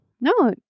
no